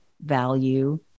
value